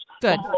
Good